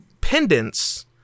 pendants